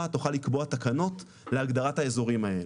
תוכל לקבוע תקנות להגדרת האזורים האלה,